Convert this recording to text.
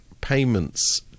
payments